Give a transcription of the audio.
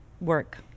work